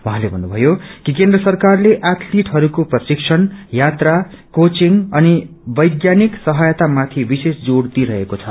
उहाँते भन्नुभ्वयो कि केन्द्र सरकारले एथलिटहरूको प्रशिक्षण यात्रा कोच अनि वैज्ञानिक सहायता माथि विशेष जोड़ दिइरहेको छ